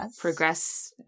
progress